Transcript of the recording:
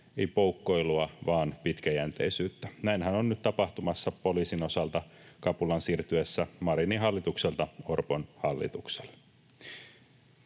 ei poukkoilua vaan pitkäjänteisyyttä. Näinhän on nyt tapahtumassa poliisin osalta kapulan siirtyessä Marinin hallitukselta Orpon hallitukselle.